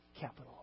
capital